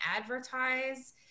advertise